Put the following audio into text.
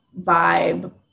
vibe